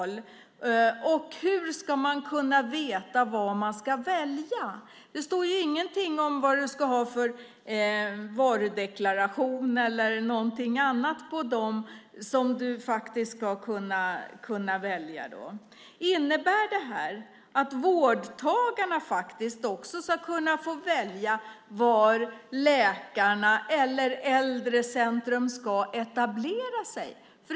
Och hur ska man kunna veta vad man ska välja? Det står ju ingenting om vad det ska vara för varudeklaration på dem som du ska kunna välja. Innebär det att vårdtagarna också ska kunna få välja var läkare eller äldrecentrum ska etablera sig?